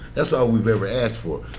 that's all we've ever asked for.